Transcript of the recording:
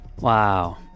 Wow